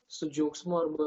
su džiaugsmu arba